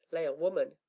lay a woman.